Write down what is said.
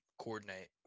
coordinate